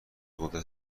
قدرت